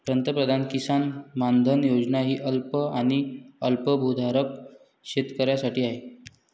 पंतप्रधान किसान मानधन योजना ही अल्प आणि अल्पभूधारक शेतकऱ्यांसाठी आहे